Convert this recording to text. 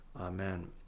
amen